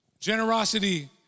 generosity